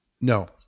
No